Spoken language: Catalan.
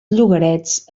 llogarets